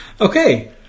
Okay